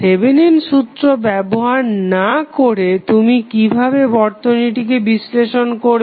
থেভেনিনের সূত্র ব্যবহার না করে তুমি কিভাবে বর্তনীটিকে বিশ্লেষণ করবে